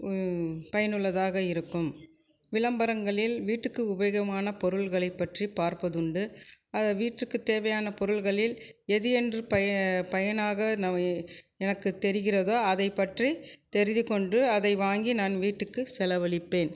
பயனுள்ளதாக இருக்கும் விளம்பரங்களில் வீட்டுக்கு உபயோகமான பொருட்களை பற்றி பார்ப்பதுண்டு அதில் வீட்டுக்கு தேவையான பொருட்களில் எது என்று பய் பயனாக எனக்கு தெரிகிறதோ அதை பற்றி தெரிந்துக் கொண்டு அதை வாங்கி நான் வீட்டுக்கு செலவழிப்பேன்